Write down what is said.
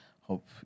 Hope